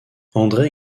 andré